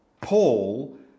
Paul